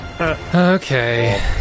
Okay